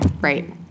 right